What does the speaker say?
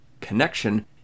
connection